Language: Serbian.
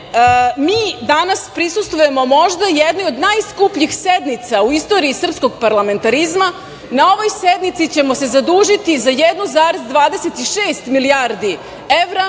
mi danas prisustvujemo možda jednoj od najskupljih sednica u istoriji srpskog parlamentarizma. Na ovoj sednici ćemo se zadužiti za 1,26 milijardi evra,